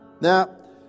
now